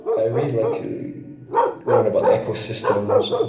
i really like to learn about ecosystems.